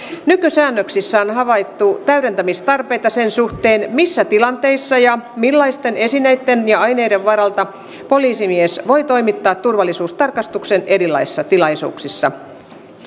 nykysäännöksissä on on havaittu täydentämistarpeita sen suhteen missä tilanteissa ja millaisten esineitten ja aineiden varalta poliisimies voi toimittaa turvallisuustarkastuksen erilaisissa tilaisuuksissa